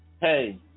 hey